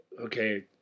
okay